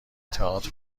تئاتر